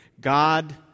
God